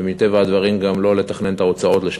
ומטבע הדברים גם לא לתכנן את ההוצאות לשנתיים.